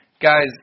guys